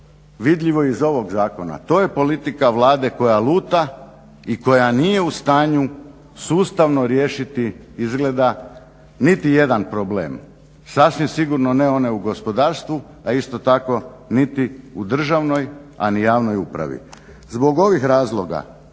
vidljivo i iz ovog zakona, to je politika Vlade koja luta i koja nije u stanju sustavno riješiti izgleda niti jedan problem. Sasvim sigurno ne one u gospodarstvu, a isto tako niti u državnoj a ni javnoj upravi. Zbog ovih razloga